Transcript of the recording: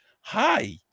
hi